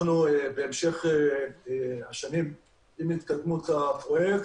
במשך השנים, עם התקדמות הפרויקט,